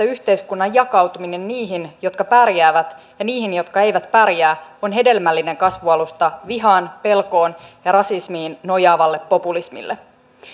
yhteiskunnan jakautuminen niihin jotka pärjäävät ja niihin jotka eivät pärjää on hedelmällinen kasvualusta vihaan pelkoon ja rasismiin nojaavalle populismille